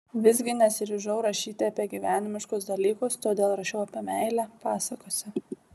visgi nesiryžau rašyti apie gyvenimiškus dalykus todėl rašiau apie meilę pasakose